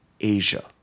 Asia